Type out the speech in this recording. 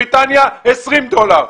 בריטניה, 20 דולר.